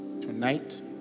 Tonight